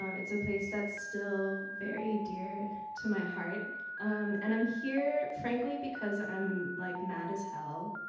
um it's a place that's still very dear to my heart and i'm here frankly because i'm like mad as hell